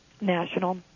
national